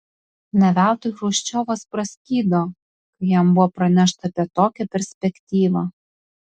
ne veltui chruščiovas praskydo kai jam buvo pranešta apie tokią perspektyvą